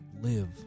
live